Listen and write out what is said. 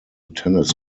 tennis